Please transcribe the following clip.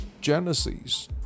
Genesis